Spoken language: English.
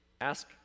ask